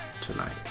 tonight